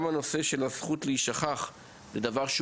גם הנושא של הזכות להישכח זה דבר שהוא